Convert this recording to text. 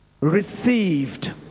received